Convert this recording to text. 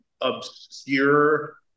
obscure